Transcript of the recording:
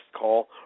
call